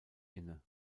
inne